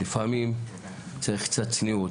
לפעמים צריך קצת צניעות,